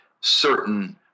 certain